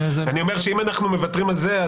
אם אנחנו מוותרים על זה,